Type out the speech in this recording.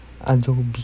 Adobe